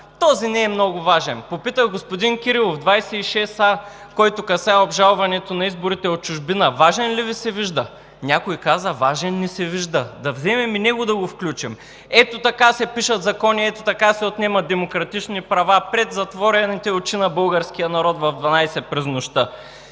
този не е много важен.“ Попитах: „Господин Кирилов, чл. 26а, който касае обжалването на изборите от чужбина, важен ли Ви се вижда?“ Някой каза: „Важен ми се вижда, да вземем и него да включим.“ Ето така се пишат закони, ето така се отнемат демократични права пред затворените очи на българския народ в 00,00 ч. през нощта.